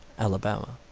alabama.